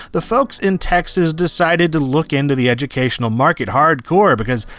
the folks in texas decided to look into the educational market hardcore because,